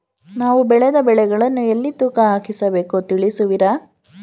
ನಾವು ಬೆಳೆದ ಬೆಳೆಗಳನ್ನು ಎಲ್ಲಿ ತೂಕ ಹಾಕಿಸಬೇಕು ತಿಳಿಸುವಿರಾ?